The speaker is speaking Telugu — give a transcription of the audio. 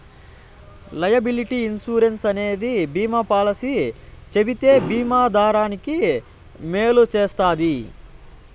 లైయబిలిటీ ఇన్సురెన్స్ అనేది బీమా పాలసీ చెబితే బీమా దారానికి మేలు చేస్తది